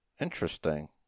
Interesting